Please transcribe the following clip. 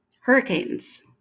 hurricanes